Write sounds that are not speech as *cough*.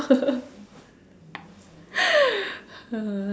*laughs*